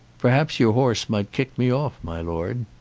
perhaps your horse might kick me off, my lord.